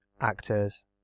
actors